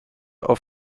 auf